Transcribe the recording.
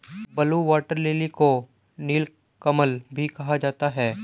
blue water lily को नीलकमल भी कहा जाता है